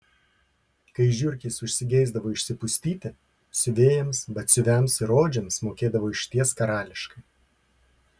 kai žiurkės užsigeisdavo išsipustyti siuvėjams batsiuviams ir odžiams mokėdavo išties karališkai